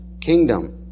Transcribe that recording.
kingdom